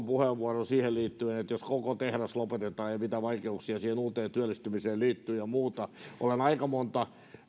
puheenvuoron liittyen siihen että jos koko tehdas lopetetaan ja ja mitä vaikeuksia siihen uuteen työllistymiseen liittyy ja muuta olen